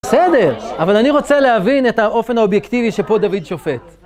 בסדר, אבל אני רוצה להבין את האופן האובייקטיבי שפה דוד שופט.